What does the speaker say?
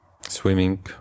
swimming